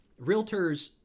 realtors